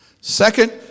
Second